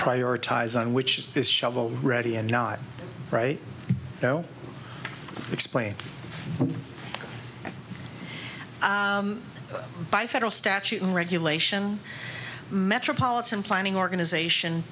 prioritize on which is this shovel ready and not right now explained by federal statute and regulation metropolitan planning organization